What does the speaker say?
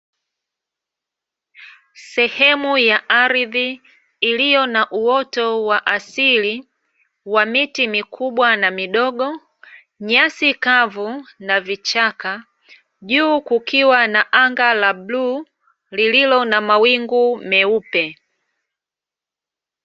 Sehemu ya ardhi iliyo na uoto wa asili wa miti mikubwa na midogo, nyasi kavu na vichaka juu kukiwa na anga la bluu lililo na mawingu meupe.